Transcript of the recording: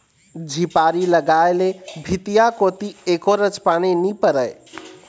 झिपारी लगाय ले भीतिया कोती एको रच पानी नी परय